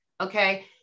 Okay